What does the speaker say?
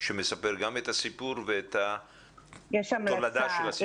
שמספר את הסיפור ואת התולדה של הסיפור.